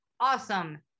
awesome